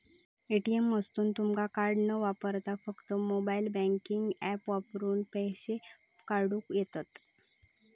ATM मधसून तुमका card न वापरता फक्त मोबाईल बँकिंग ऍप वापरून पैसे काढूक येतंत